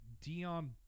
Dion